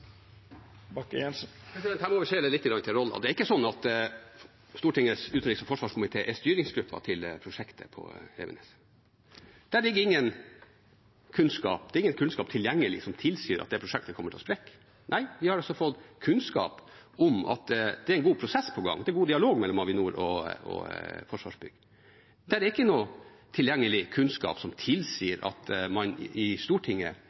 Her må vi skjele lite grann til roller. Det er ikke slik at Stortingets utenriks- og forsvarskomité er styringsgruppen til prosjektet på Evenes. Det er ingen kunnskap tilgjengelig som tilsier at prosjektet kommer til å sprekke. Nei, vi har fått kunnskap om at det er en god prosess på gang – det er en god dialog mellom Avinor og Forsvarsbygg. Det er ingen tilgjengelig kunnskap som tilsier at man i Stortinget